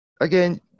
again